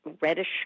reddish